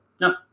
No